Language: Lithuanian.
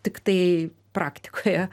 tiktai praktikoje